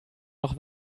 noch